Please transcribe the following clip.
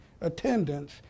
attendance